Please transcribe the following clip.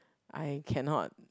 I cannot